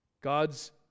god's